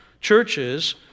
churches